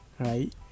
Right